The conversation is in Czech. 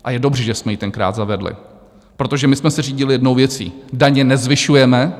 A je dobře, že jsme ji tenkrát zavedli, protože my jsme se řídili jednou věcí: daně nezvyšujeme.